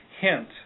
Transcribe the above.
hint